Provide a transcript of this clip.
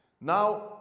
now